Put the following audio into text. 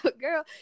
girl